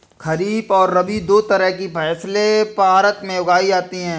खरीप और रबी दो तरह की फैसले भारत में उगाई जाती है